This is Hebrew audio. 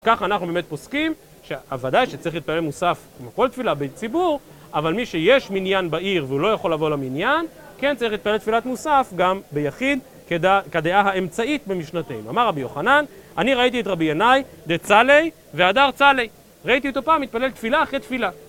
ככה אנחנו באמת פוסקים, שוודאי שצריך להתפלל מוסף כמו כל תפילה בבית ציבור, אבל מי שיש מניין בעיר והוא לא יכול לבוא למניין, כן צריך להתפלל תפילת מוסף גם ביחיד כדעה האמצעית במשנתנו. אמר רבי יוחנן, אני ראיתי את רבי ינאי, דצלי והדר צלי. ראיתי אותו פעם, התפלל תפילה אחרי תפילה.